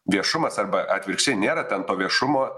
viešumas arba atvirkščiai nėra ten to viešumo